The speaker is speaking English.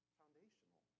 foundational